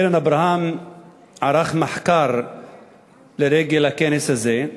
קרן אברהם ערכה מחקר לרגל הכנס הזה,